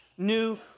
new